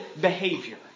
behavior